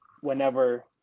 whenever